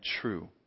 true